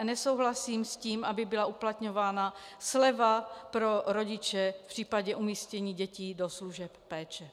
Nesouhlasím s tím, aby byla uplatňována sleva pro rodiče v případě umístění dětí do služeb péče.